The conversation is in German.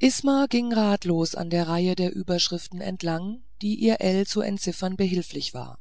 isma ging ratlos an der reihe der überschriften entlang die ihr ell zu entziffern behilflich war